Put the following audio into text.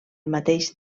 mateix